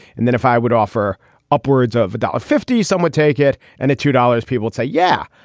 and then if i would offer upwards of a dollar fifty, someone take it. and at two dollars, people say, yeah,